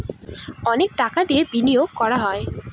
অনেক টাকা দিয়ে বিনিয়োগ করা হয়